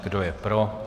Kdo je pro?